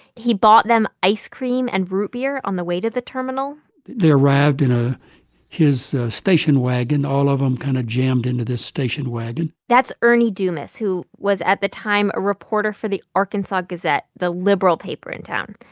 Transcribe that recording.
he bought them ice cream and root beer on the way to the terminal they arrived in ah his station wagon, all of them kind of jammed into this station wagon that's ernie dumas, who was at the time a reporter for the arkansas gazette, the liberal paper in town.